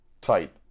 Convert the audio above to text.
tight